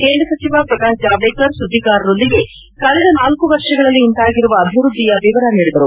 ಕೇಂದ್ರ ಸಚಿವ ಪ್ರಕಾಶ್ ಜಾವಡೇಕರ್ ಸುದ್ದಿಗಾರರೊಂದಿಗೆ ಕಳೆದ ನಾಲ್ಕ ವರ್ಷಗಳಲ್ಲಿ ಉಂಟಾಗಿರುವ ಅಭಿವೃದ್ಧಿಯ ವಿವರ ನೀಡಿದರು